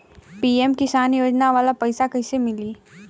PM Kisan योजना वाला पैसा कईसे मिली?